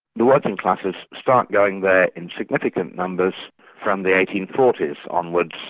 the working classes start going there in significant numbers from the eighteen forty s onwards.